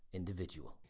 individual